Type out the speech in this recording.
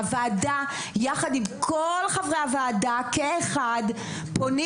שהוועדה יחד עם כל חברי הוועדה כאחד פונים